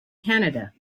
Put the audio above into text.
canada